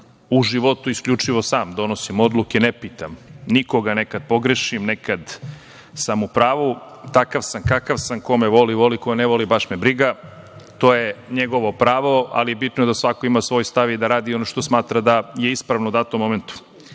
U životu isključivo sam donosim odluke, ne pitam nikoga. Nekad pogrešim, nekad sam u pravu, takav sam kakav sam, ko me voli voli, ko me ne voli baš me briga, to je njegovo pravo, ali bitno je da svako ima svoj stav i da radi ono što smatra da je ispravno u datom momentu